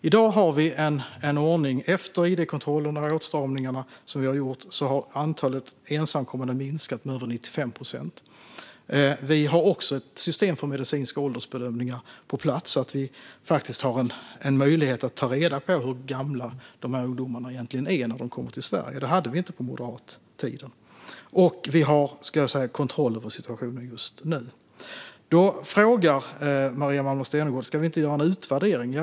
I dag har vi en ordning där, efter införandet av id-kontroller och andra åtstramningar, antalet ensamkommande har minskat med över 95 procent. Vi har också ett system för medicinska åldersbedömningar på plats, så att vi faktiskt har en möjlighet att ta reda på hur gamla ungdomarna egentligen är när de kommer till Sverige. Det hade vi inte under Moderaternas regeringstid. Vi har kontroll över situationen just nu. Då frågar Maria Malmer Stenergard om vi inte ska göra en utvärdering.